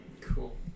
Cool